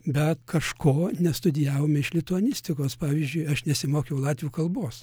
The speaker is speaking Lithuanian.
bet kažko nestudijavome iš lituanistikos pavyzdžiui aš nesimokiau latvių kalbos